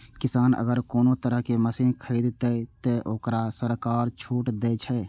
किसान अगर कोनो तरह के मशीन खरीद ते तय वोकरा सरकार छूट दे छे?